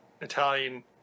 Italian